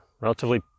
relatively